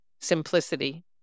simplicity